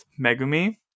Megumi